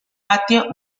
patio